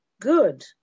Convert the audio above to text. Good